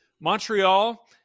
Montreal